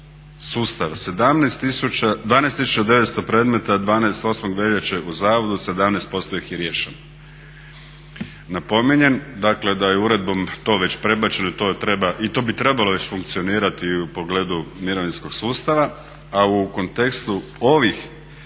sustava! 12 900 predmeta 8. veljače u zavodu, 17% ih je riješeno. Napominjem dakle da je uredbom to već prebačeno i to bi trebalo već funkcionirati i u pogledu mirovinskog sustava, a u kontekstu ovih